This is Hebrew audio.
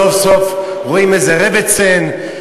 סוף-סוף רואים איזו "רעבעצן",